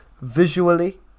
visually